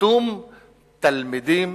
פיטום תלמידים